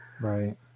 Right